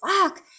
fuck